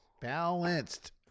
Balanced